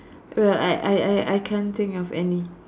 well I I I I can't think of any